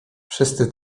wszyscy